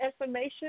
information